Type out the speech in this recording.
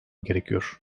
gerekiyor